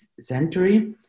century